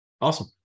awesome